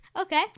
okay